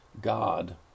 god